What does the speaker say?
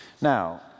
Now